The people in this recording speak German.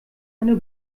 eine